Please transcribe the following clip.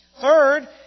Third